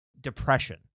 depression